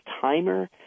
timer